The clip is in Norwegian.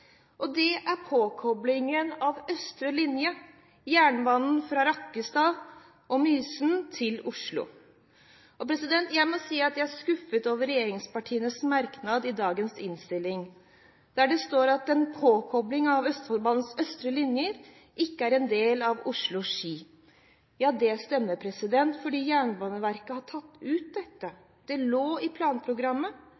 og det er påkoblingen av østre linje, jernbanen fra Rakkestad, om Mysen, til Oslo. Jeg må si at jeg er skuffet over regjeringspartienes merknad i dagens innstilling, der det står at en påkobling av Østfoldbanens østre linje ikke er en del av prosjektet Oslo–Ski. Ja, det stemmer, for Jernbaneverket har tatt ut